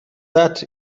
that